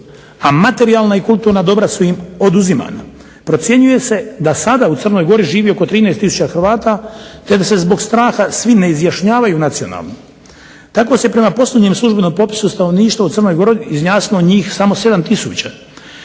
a materijalna i kulturna dobra su im oduzimana. Procjenjuje se da sada u Crnoj Gori živi oko 13 tisuća Hrvata te da se zbog straha svi ne izjašnjavaju nacionalno. Tako se prema posljednjem službenom popisu stanovništva u Crnoj Gori izjasnilo njih samo 7